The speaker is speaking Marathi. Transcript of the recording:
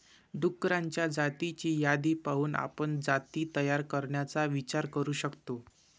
डुक्करांच्या जातींची यादी पाहून आपण जाती तयार करण्याचा विचार करू शकतो